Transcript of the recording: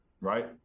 Right